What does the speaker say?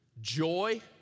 Joy